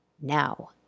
now